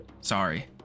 Sorry